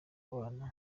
abana